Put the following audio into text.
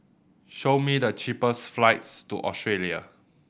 show me the cheapest flights to Australia